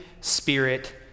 Spirit